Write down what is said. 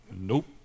Nope